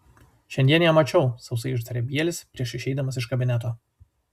šiandien ją mačiau sausai ištarė bielis prieš išeidamas iš kabineto